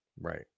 Right